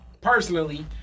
personally